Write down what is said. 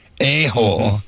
a-hole